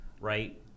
right